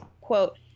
quote